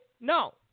no